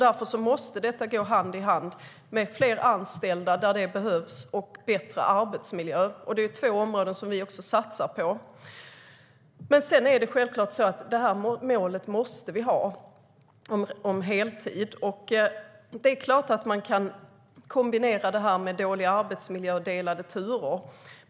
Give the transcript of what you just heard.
Därför måste detta gå hand i hand med fler anställda, där det behövs, och bättre arbetsmiljö. Det är två områden som vi också satsar på. Målet om heltid måste vi ha. Det är klart att man kan kombinera det med dålig arbetsmiljö och delade turer.